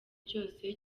cyose